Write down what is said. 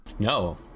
no